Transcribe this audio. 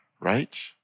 right